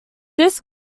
this